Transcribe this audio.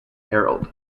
herald